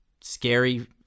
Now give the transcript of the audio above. scary